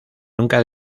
nunca